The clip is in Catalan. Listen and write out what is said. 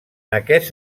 aquest